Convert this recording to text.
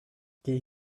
geh